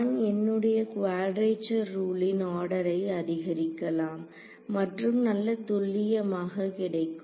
நான் என்னுடையகுவேடரேச்சர்ரூலின் ஆர்டரை அதிகரிக்கலாம் மற்றும் நல்ல துல்லியமாக கிடைக்கும்